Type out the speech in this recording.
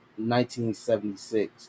1976